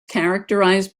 characterized